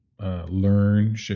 Learn